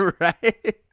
right